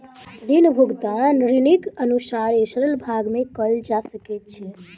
ऋण भुगतान ऋणीक अनुसारे सरल भाग में कयल जा सकै छै